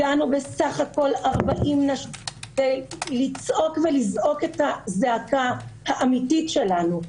הגענו בסך הכול לצעוק ולזעוק את הזעקה האמיתית שלנו.